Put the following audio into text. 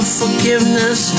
forgiveness